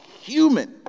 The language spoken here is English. human